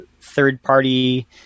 third-party